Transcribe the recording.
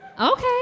okay